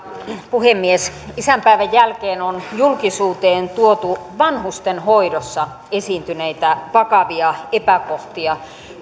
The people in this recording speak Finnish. puhemies isänpäivän jälkeen on julkisuuteen tuotu vanhustenhoidossa esiintyneitä vakavia epäkohtia